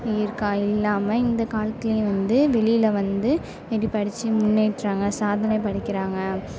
இருக்கா இல்லாமல் இந்த காலத்திலியும் வந்து வெளியில் வந்து எப்படி படித்து முன்னேற்றாங்க சாதனை படைக்கிறாங்க